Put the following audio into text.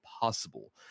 possible